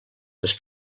les